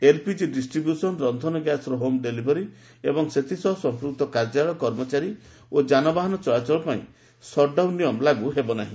LPG distribution ରକ୍ଷନ ଗ୍ୟାସ୍ର home delivery ଏବଂ ଏଥିସହ ସମ୍ମକ୍ତ କାର୍ଯ୍ୟାଳୟ କର୍ମଚାରୀ ଓ ଯାନବାହନ ଚଳାଚଳ ପାଇଁ ସଟ୍ଡାଉନ୍ ନିୟମ ଲାଗୁ ହେବ ନାହି